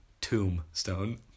Tombstone